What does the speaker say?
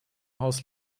haus